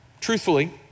Truthfully